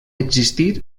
existir